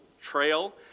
trail